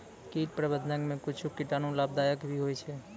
कीट प्रबंधक मे कुच्छ कीटाणु लाभदायक भी होय छै